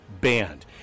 banned